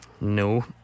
No